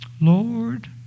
Lord